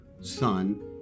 Son